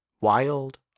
Wild